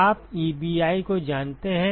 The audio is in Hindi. आप Ebi को जानते हैं